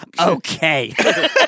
Okay